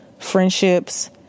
friendships